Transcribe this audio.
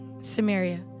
Samaria